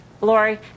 Lori